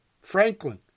Franklin